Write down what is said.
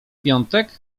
piątek